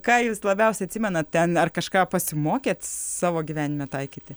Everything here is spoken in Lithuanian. ką jūs labiausiai atsimenat ten ar kažką pasimokėt savo gyvenime taikyti